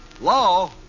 Law